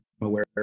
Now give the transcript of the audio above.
aware